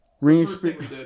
Ring